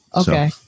Okay